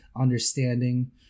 understanding